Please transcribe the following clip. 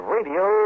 Radio